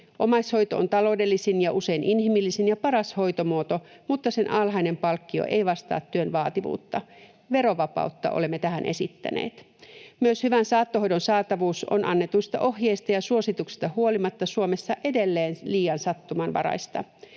Omaishoito on taloudellisin ja usein inhimillisin ja paras hoitomuoto, mutta sen alhainen palkkio ei vastaa työn vaativuutta. Verovapautta olemme tähän esittäneet. Myös hyvän saattohoidon saatavuus on annetuista ohjeista ja suosituksista huolimatta Suomessa edelleen liian sattumanvaraista.